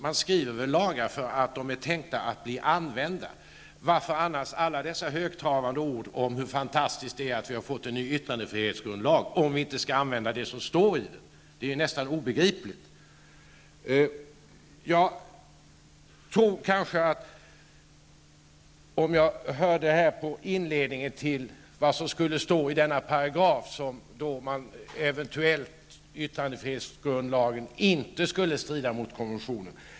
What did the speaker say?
Man skriver väl lagar för att de är tänkta att användas -- varför annars alla dessa högtravande ord om hur fantastiskt det är att vi har fått en ny yttrandefrihetsgrundlag, om vi inte skall användas oss av det som står i den? Det är nästan obegripligt. Det har i inledningen av debatten talats om att denna paragraf i yttrandefrihetsgrundlagen eventuellt inte skulle strida mot konventionen.